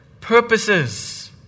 purposes